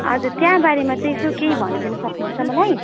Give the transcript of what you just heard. हजुर त्यहाँको बारेमा चाहिँ यसो केही भनिदिनु सक्नुहुन्छ मलाई